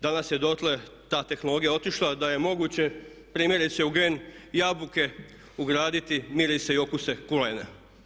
Danas je dotle ta tehnologija otišla da je moguće primjerice u gen jabuke ugraditi mirise i okuse kulena.